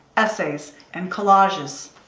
essays, and collages.